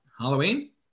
Halloween